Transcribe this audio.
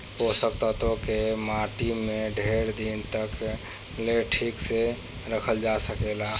पोषक तत्व के माटी में ढेर दिन तक ले ठीक से रखल जा सकेला